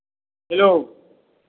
hello